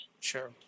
Sure